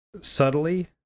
subtly